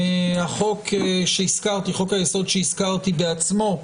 חוק היסוד שהזכרתי בעצמו,